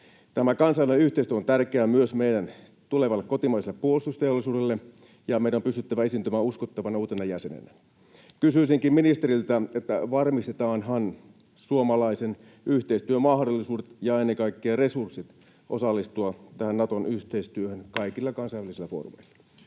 Tämä kansainvälinen yhteistyö on tärkeää myös meidän tulevalle kotimaiselle puolustusteollisuudelle, ja meidän on pystyttävä esiintymään uskottavana uutena jäsenenä. Kysyisinkin ministeriltä: varmistetaanhan suomalaisten yhteistyömahdollisuudet ja ennen kaikkea resurssit osallistua tähän Naton yhteistyöhön kaikilla kansainvälisillä foorumeilla?